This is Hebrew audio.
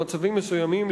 במצבים מסוימים,